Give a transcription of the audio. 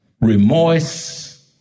remorse